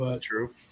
True